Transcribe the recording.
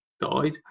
died